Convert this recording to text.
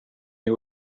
you